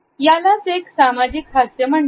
यालाच एक सामाजिक हास्य म्हणतात